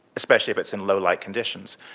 especially if it's in low-light conditions.